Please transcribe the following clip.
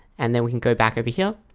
and then we can go back over here